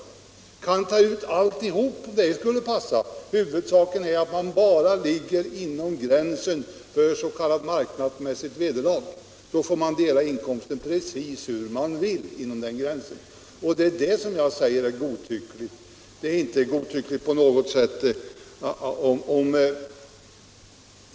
Vederbörande kan ta ut alltihop om det skulle passa. Huvudsaken är att man håller sig inom gränsen för s.k. marknadsmässigt vederlag. Inom den gränsen får man dela inkomsten precis hur man vill. Det är det jag anser godtyckligt.